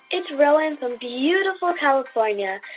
it's rowan from beautiful california.